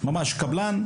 ממש קבלן,